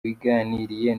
waganiriye